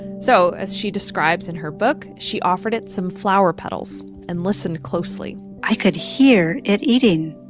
so, as she describes in her book, she offered it some flower petals and listened closely i could hear it eating.